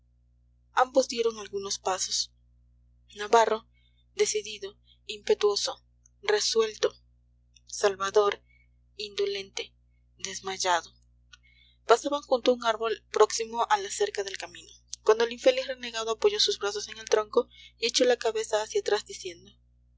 ambos dieron algunos pasos navarro decidido impetuoso resuelto salvador indolente desmayado pasaban junto a un árbol próximo a la cerca del camino cuando el infeliz renegado apoyó sus brazos en el tronco y echó la cabeza hacia atrás diciendo